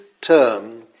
term